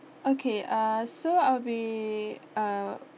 okay uh so I'll be uh